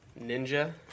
ninja